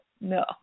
No